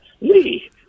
Lee